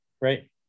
right